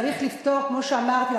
צריך לפתור כמו שאמרתי,